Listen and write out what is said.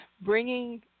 bringing